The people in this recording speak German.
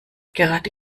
gerade